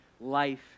life